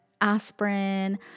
aspirin